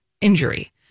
injury